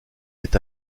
est